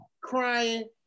crying